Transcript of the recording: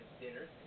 dinner